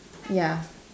ya